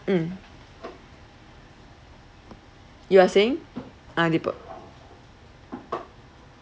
mm you are saying ah depo~